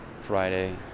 Friday